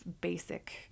basic